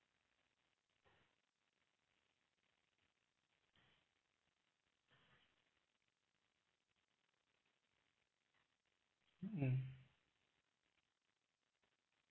mm